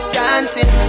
dancing